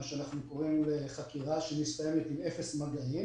מה שנקרא חקירה שמסתיימת עם אפס מגעים